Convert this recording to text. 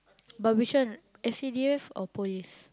but which one S_C_D_F or police